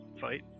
fight